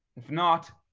if not,